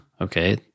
okay